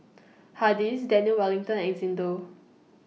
Hardy's Daniel Wellington and Xndo